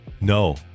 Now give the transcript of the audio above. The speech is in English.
no